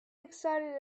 excited